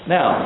Now